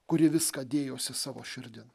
kuri viską dėjosi savo širdin